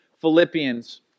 Philippians